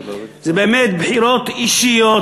זה באמת בחירות אישיות,